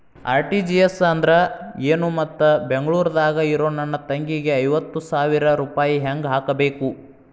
RTGS ಅಂದ್ರ ಏನು ಮತ್ತ ಬೆಂಗಳೂರದಾಗ್ ಇರೋ ನನ್ನ ತಂಗಿಗೆ ಐವತ್ತು ಸಾವಿರ ರೂಪಾಯಿ ಹೆಂಗ್ ಹಾಕಬೇಕು?